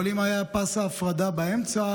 אבל אם היה פס הפרדה באמצע,